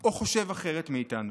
או חושב אחרת מאיתנו.